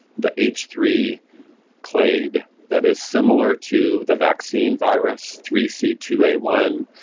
the h three clade that is similar to the vaccine virus, three c two a one,